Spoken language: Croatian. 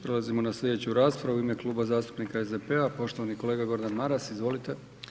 Prelazimo na slijedeću raspravu, u ime Kluba zastupnika SDP-a, poštovani kolega Gordan Maras, izvolite.